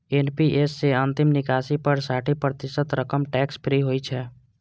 NPS सं अंतिम निकासी पर साठि प्रतिशत रकम टैक्स फ्री होइ छै